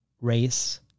race